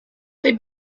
they